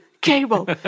cable